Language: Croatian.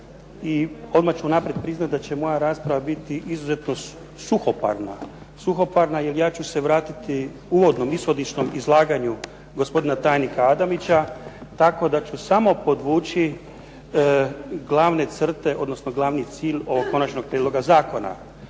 i odmah ću unaprijed priznati da će moja rasprava biti izuzetno suhoparna jer ja ću se vratiti uvodnom, ishodišnom izlaganju gospodina tajnika Adanića tako da ću samo podvući glavne crte odnosno glavni cilj ovog konačnog prijedloga zakona.